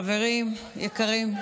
חברים יקרים,